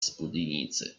spódnicy